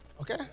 Okay